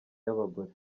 y’abagore